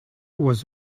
was